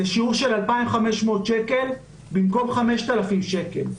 בשיעור של 2,500 שקלים במקום 5,000 שקלים.